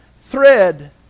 thread